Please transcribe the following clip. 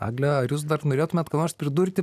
egle ar jūs dar norėtumėt ką nors pridurti